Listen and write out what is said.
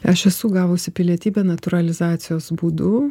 aš esu gavusi pilietybę natūralizacijos būdu